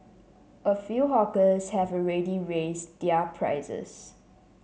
a few hawkers have already raised their prices